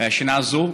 בשנה זו,